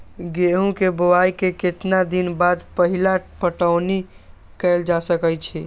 गेंहू के बोआई के केतना दिन बाद पहिला पटौनी कैल जा सकैछि?